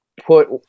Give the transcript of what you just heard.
put